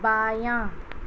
بایاں